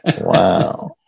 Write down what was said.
Wow